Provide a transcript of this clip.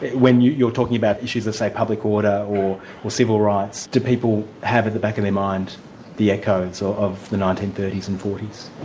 when you're you're talking about issues, of, say, public order or civil rights, do people have at the back of their mind the echoes so of the nineteen thirty s and forty s?